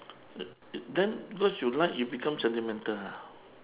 the then cause you like you become sentimental ha